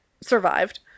survived